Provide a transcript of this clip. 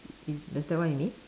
is does that what it mean